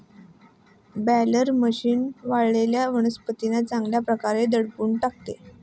baler machine वाळलेल्या वनस्पतींना चांगल्या प्रकारे दडपून टाकते